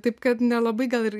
taip kad nelabai gal ir